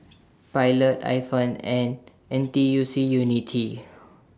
Pilot Ifan and N T U C Unity